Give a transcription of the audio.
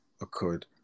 occurred